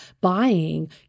buying